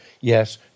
yes